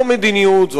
זו מדיניות,